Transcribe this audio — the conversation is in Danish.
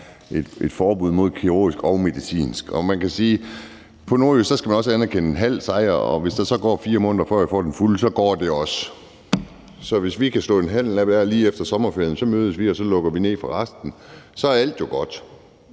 af børn under 18 år, og man kan sige på nordjysk, at man også skal anerkende en halv sejr, og hvis der så går 4 måneder, før jeg får den fulde sejr, så går det også. Så hvis vi kan slå en handel af der lige efter sommerferien, hvor vi mødes og vi så lukker ned for resten, så er alt jo godt.